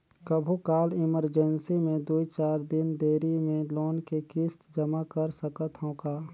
कभू काल इमरजेंसी मे दुई चार दिन देरी मे लोन के किस्त जमा कर सकत हवं का?